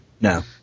No